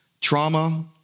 trauma